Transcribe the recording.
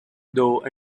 though